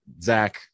zach